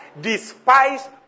despise